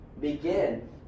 begin